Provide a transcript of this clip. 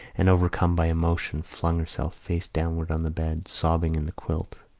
and, overcome by emotion, flung herself face downward on the bed, sobbing in the quilt.